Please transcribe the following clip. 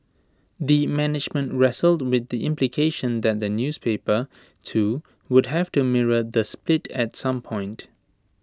the management wrestled with the implication that the newspaper too would have to mirror the split at some point